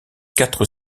quatre